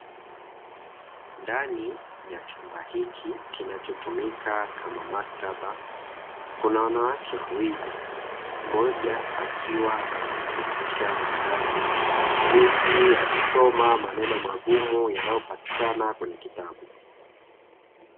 Ndani ya chumba hiki kinachotumika kama maktaba kuna wanawake wawili mmoja akiwa anamfundisha mwenzake jinsi ya kusoma maneno magumu yanayopatikana kwenye kitabu.